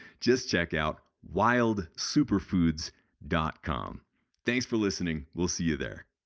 just check out wildsuperfoods dot com thanks for listening. we'll see you there.